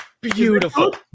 Beautiful